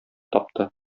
тапты